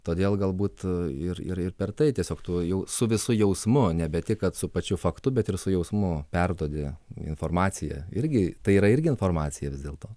todėl galbūt ir ir ir per tai tiesiog tu jau su visu jausmu nebe tik kad su pačiu faktu bet ir su jausmu perduodi informaciją irgi tai yra irgi informacija vis dėlto